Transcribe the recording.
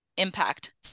impact